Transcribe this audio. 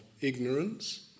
ignorance